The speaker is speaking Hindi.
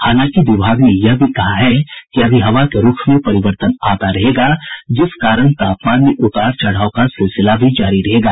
हालांकि विभाग ने यह भी कहा है कि अभी हवा के रूख में परिवर्तन आता रहेगा जिस कारण तापमान में उतार चढ़ाव का सिलसिला भी जारी रहेगा